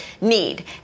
need